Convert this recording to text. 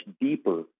deeper